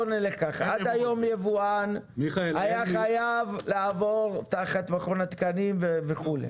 עד היום יבואן היה חייב לעבור תחת מכון התקנים וכולי.